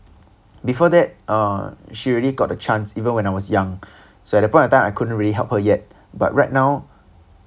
before that uh she already got the chance even when I was young so at that point of time I couldn't really help her yet but right now